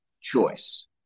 choice